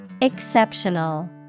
Exceptional